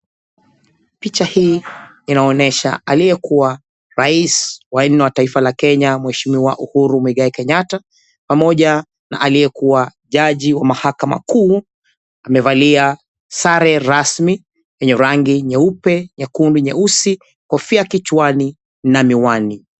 Picha hii inaonyesha aliyekuwa rais wa nne wa taifa la Kenya mheshimiwa Uhuru Muigai Kenyatta pamoja na aliyekuwa jaji wa mahakama kuu amevalia sare rasmi ya rangi nyeupe, nyekundu, nyeusi, kofia kichwani na miwani.